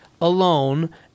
alone